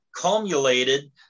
cumulated